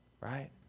right